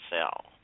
cell